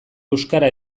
euskara